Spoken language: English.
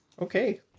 Okay